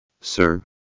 Sir